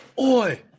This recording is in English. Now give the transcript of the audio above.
Oi